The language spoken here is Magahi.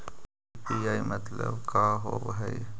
यु.पी.आई मतलब का होब हइ?